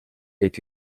est